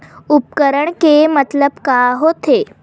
उपकरण के मतलब का होथे?